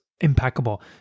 impeccable